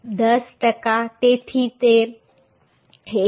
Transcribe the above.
10 ટકા તેથી તે 80